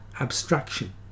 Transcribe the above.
abstraction